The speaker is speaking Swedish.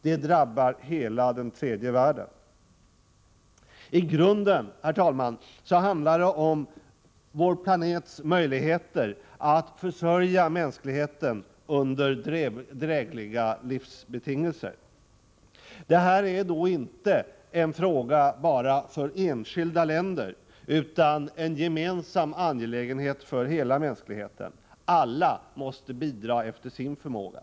Det drabbar hela den tredje världen. I grunden, herr talman, handlar det om vår planets möjligheter att försörja mänskligheten under drägliga livsbetingelser. Det här är då inte en fråga bara för enskilda länder utan en gemensam angelägenhet för hela mänskligheten. Alla måste bidra efter sin förmåga.